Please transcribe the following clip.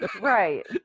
right